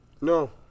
no